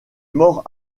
mort